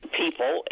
people